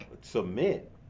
submit